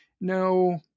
no